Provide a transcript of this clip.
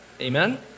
Amen